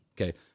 Okay